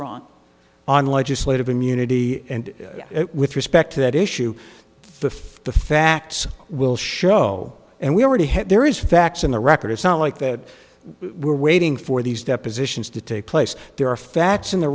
wrong on legislative immunity and it with respect to that issue the facts will show and we already have there is facts in the record it's not like that we're waiting for these depositions to take place there are facts in the